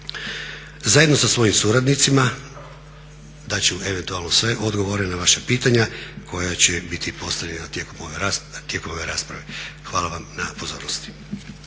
Zajedno sa svojim suradnicima dat ću eventualno sve odgovore na vaša pitanja koja će biti postavljena tijekom ove rasprave. Hvala vam na pozornosti.